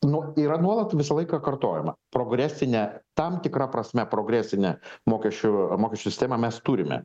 nu yra nuolat visą laiką kartojama progresine tam tikra prasme progresinę mokesčių mokesčių sistemą mes turime